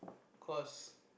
cause